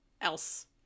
else